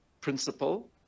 principle